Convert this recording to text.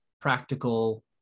practical